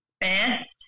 Best